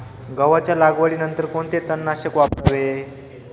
गव्हाच्या लागवडीनंतर कोणते तणनाशक वापरावे?